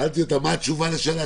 את יכולה להזכיר לנו מה הייתה השאלה